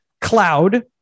Cloud